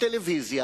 חולים.